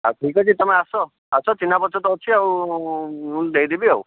ଆ ଠିକ୍ ଅଛି ତୁମେ ଆସ ଆସ ଚିହ୍ନାପରିଚୟ ତ ଅଛି ଆଉ ମୁଁ ବି ଦେଇଦେବି ଆଉ